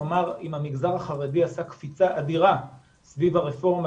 אם המגזר החרדי עשה קפיצה אדירה סביב הרפורמה